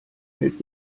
hält